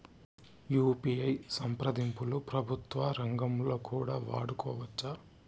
UPI సంప్రదింపులు ప్రభుత్వ రంగంలో కూడా వాడుకోవచ్చా?